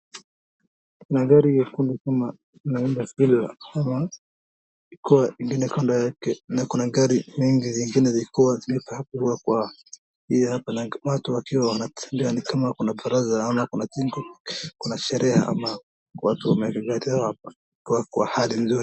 Magari yekundu kama yanaenda speed ya seventy iko ingine kando yake na kuna gari mingi zingine zikiwa zimepakiwa kwa hii hapa, na wengine bado wakiwa wanatembea ni kama kuna baraza ama kuna kitu, kuna sherehe ama watu wamelelewa wakiwa kwa hali nzuri.